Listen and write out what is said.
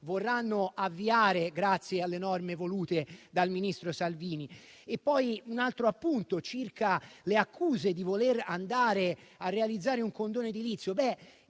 vorranno avviare grazie alle norme volute dal ministro Salvini. Un altro appunto circa le accuse di voler andare a realizzare un condono edilizio: